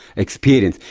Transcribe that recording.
experience.